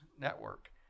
network